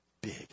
big